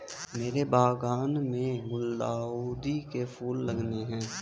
मेरे बागान में गुलदाउदी के फूल लगाने हैं